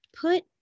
put